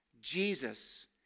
Jesus